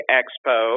expo